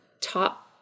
top